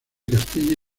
castilla